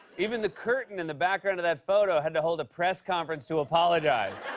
even the curtain in the background of that photo had to hold a press conference to apologize.